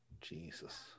Jesus